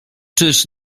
czyż